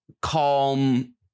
calm